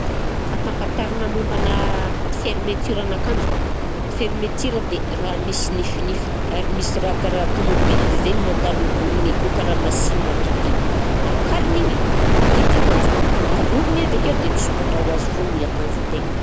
Fantampantarina mombanà fermeturen'akanjo, fermeture dia raha misy nifinifiny, ary misy raha karaha tômôbila zegny mandalo amboniny akeo karaha masinina bitika iny, akarina iny dia mihidy akanjo, arorona i avy akeo dia misokatra ho azy foagna i akanjon-tegna.